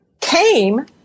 came